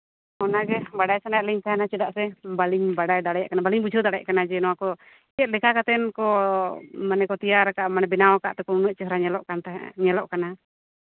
ᱚᱱᱟᱜᱮ ᱵᱟᱲᱟᱭ ᱥᱟᱱᱟᱭᱮᱫ ᱞᱤᱧ ᱛᱟᱦᱮᱸᱜᱼᱟ ᱪᱮᱫᱟᱜ ᱥᱮ ᱵᱟᱹᱞᱤᱧ ᱵᱟᱲᱟᱭ ᱫᱟᱲᱮᱭᱟᱜ ᱠᱟᱱᱟ ᱵᱟᱹᱞᱤᱹ ᱵᱩᱡᱷᱟᱹᱣ ᱫᱟᱲᱮᱭᱟᱜ ᱠᱟᱱᱟ ᱡᱮ ᱱᱚᱣᱟ ᱠᱚ ᱪᱮᱫ ᱞᱮᱠᱟ ᱠᱟᱛᱮᱫ ᱠᱚ ᱢᱟᱱᱮ ᱠᱚ ᱛᱮᱭᱟᱨᱟᱠᱟᱜᱼᱟ ᱢᱟᱱᱮ ᱠᱚ ᱵᱮᱱᱟᱣᱟᱠᱟᱜ ᱛᱮᱠᱚ ᱩᱱᱟᱹᱜ ᱪᱮᱦᱨᱟ ᱧᱮᱞᱚᱜ ᱠᱟᱱ ᱛᱟᱦᱮᱸᱜᱼᱟ ᱧᱮᱞᱚᱜ ᱠᱟᱱᱟ